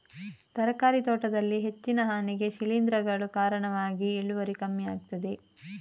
ತರಕಾರಿ ತೋಟದಲ್ಲಿ ಹೆಚ್ಚಿನ ಹಾನಿಗೆ ಶಿಲೀಂಧ್ರಗಳು ಕಾರಣವಾಗಿ ಇಳುವರಿ ಕಮ್ಮಿ ಆಗ್ತದೆ